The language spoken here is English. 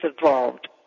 involved